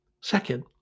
Second